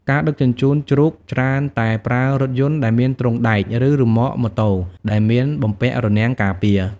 ការដឹកជញ្ជូនជ្រូកច្រើនតែប្រើរថយន្តដែលមានទ្រុងដែក ឬរ៉ឺម៉ក ម៉ូតូ ដែលមានបំពាក់រនាំងការពារ។